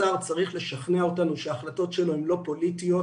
השר צריך לשכנע אותנו שההחלטות שלו אינן פוליטיות